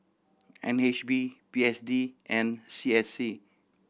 N H B P S D and C S C